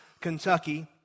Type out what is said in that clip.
Kentucky